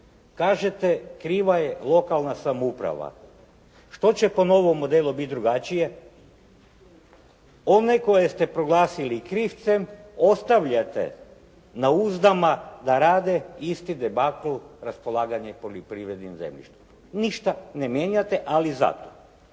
Kažete kriva je lokalna samouprava. Što će po novom modelu biti drugačije? One koje ste proglasili krivcem, ostavljate na uzdama da rade isti debakl raspolaganjem poljoprivrednim zemljištem. Ništa ne mijenjate. Ali zato